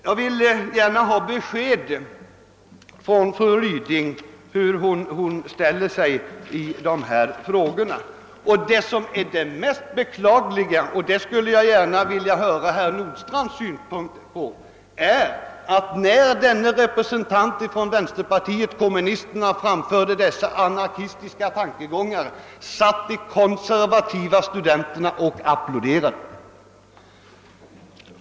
Jag vill gärna ha besked av fru Ryding hur hon ställer sig i dessa frågor. Men det mest beklagliga är — och på den punkten skulle jag gärna vilja höra herr Nordstrandhs uppfattning — att när den nyssnämnda representanten för vänsterpartiet kommunisterna framförde dessa anarkistiska tankegångar, så satt de konservativa studenterna och applåderade.